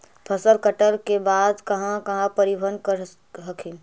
फसल कटल के बाद कहा कहा परिबहन कर हखिन?